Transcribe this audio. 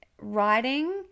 writing